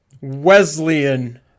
Wesleyan